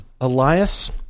Elias